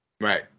right